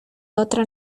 otra